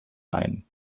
ein